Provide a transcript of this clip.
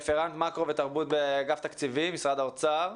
רפרנט מקרו ותרבות באגף תקציבים משרד האוצר.